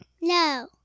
No